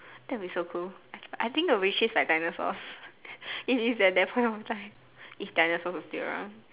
that will be so cool I I think they will be chased by dinosaurs if if that that point of time if dinosaurs were still around